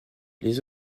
les